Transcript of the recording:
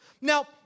Now